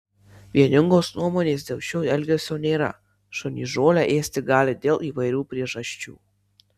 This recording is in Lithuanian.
vieningos nuomonės dėl šio elgesio nėra šunys žolę ėsti gali dėl įvairių priežasčių